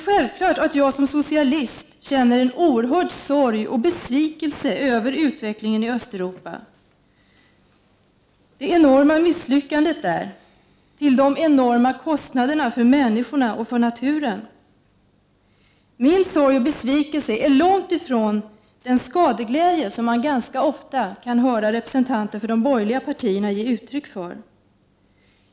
Självfallet känner jag som socialist en oerhörd sorg och besvikelse över utvecklingen i Östeuropa, över det enorma misslyckandet till enorma kostnader för människorna och för naturen. Min sorg och besvikelse ligger långt ifrån den skadeglädje som man ganska ofta kan höra representanter från de borgerliga partierna ge uttryck för.